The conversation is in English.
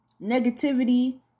negativity